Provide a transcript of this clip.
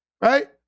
right